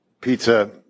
pizza